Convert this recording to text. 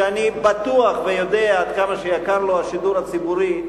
שאני בטוח ויודע עד כמה יקר לו השידור הציבורי,